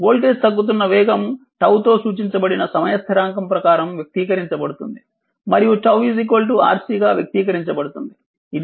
voltage తగ్గుతున్న వేగం T చే సూచించబడిన సమయ స్థిరాంకం ప్రకారం వ్యక్తీకరించబడుతుంది మరియు τ RC గా వ్యక్తీకరించబడుతుంది